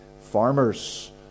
Farmers